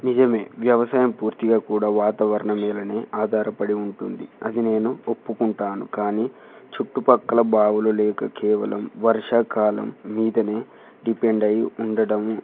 నిజమే వ్యవసాయం పూర్తిగా కూడా వాతావరణం మీదనే ఆధారపడి ఉంటుంది అది నేను ఒప్పుకుంటాను కానీ చుట్టుపక్కల బావులు లేక కేవలం వర్షాకాలం మీదనే డిపెండ్ అయి ఉండటం